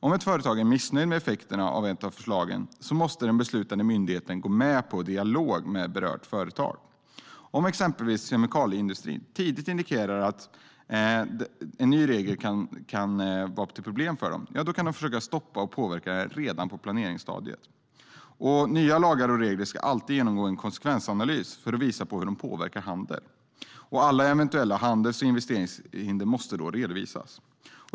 Om ett företag är missnöjt med effekterna av ett förslag måste den beslutande myndigheten gå med på en dialog med det berörda företaget. Om exempelvis kemikalieindustrin tidigt indikerar att en ny regel kan vara till problem kan den försöka stoppa eller påverka regeln redan på planeringsstadiet. Nya lagar och regler ska alltid genomgå en konsekvensanalys för att visa hur de påverkar handeln. Alla eventuella handels eller investeringshinder måste redovisas.